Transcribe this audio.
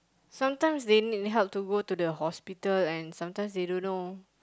sometimes they need help to go the hospital and sometimes they don't know